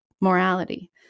morality